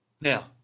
now